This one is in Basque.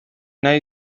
nahi